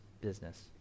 business